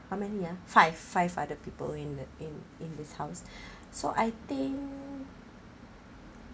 how many ah five five other people in the in in this house so I think